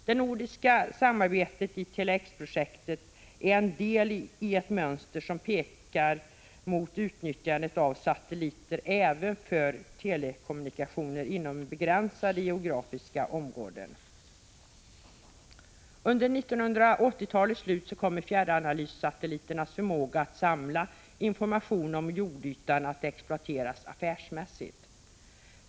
Det nordiska samarbetet i Tele-X-projektet är en del i ett mönster som pekar mot utnyttjandet av satelliter även för telekommunikationer inom begränsade geografiska områden. Under 1980-talets slut kommer fjärranalyssatelliternas förmåga att samla information om jordytan att exploateras affärsmässigt.